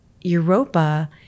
Europa